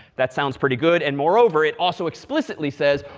that sounds pretty good. and moreover, it also explicitly says,